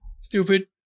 Stupid